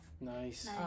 Nice